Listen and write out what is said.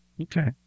Okay